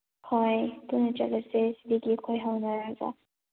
ꯍꯣꯏ ꯄꯨꯟꯅ ꯆꯠꯂꯁꯦ ꯁꯤꯗꯒꯤ ꯑꯩꯈꯣꯏ ꯍꯧꯅꯔꯒ